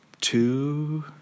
two